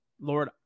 lord